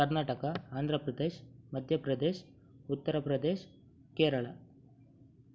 Karnataka Andhra Pradesh Madhya Pradesh Uttar Pradesh Kerala